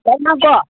लाइ नांगौ